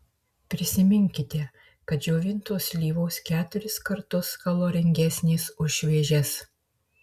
prisiminkite kad džiovintos slyvos keturis kartus kaloringesnės už šviežias